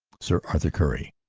sir arthur currie,